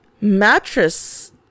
mattress